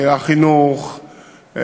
החינוך,